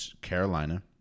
Carolina